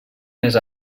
més